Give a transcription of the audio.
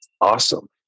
Awesome